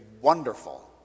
wonderful